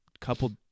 couple